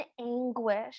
anguish